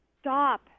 stop